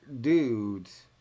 dudes